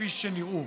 כפי שנראו.